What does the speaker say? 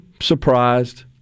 surprised